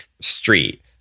street